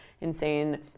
insane